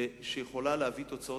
שיכולה להביא תוצאות,